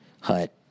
hut